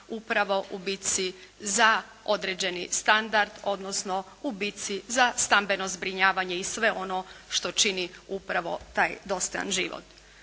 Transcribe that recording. upravo u bitci za određeni standard odnosno u bitci za stambeno zbrinjavanje i sve ono što čini upravo taj dostojan život.